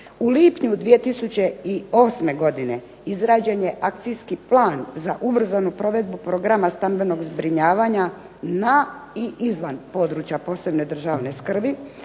U lipnju 2008. godine izrađen je akcijski plan za ubrzanu provedbu programa stambenog zbrinjavanja na i izvan područja posebne državne skrbi,